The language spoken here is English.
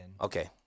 Okay